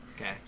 Okay